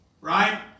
Right